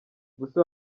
ubuse